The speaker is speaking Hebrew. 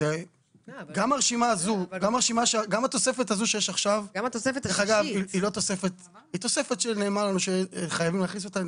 גם התוספת הזו שיש עכשיו היא תוספת שנאמר לנו שחייבים להכניס אותה,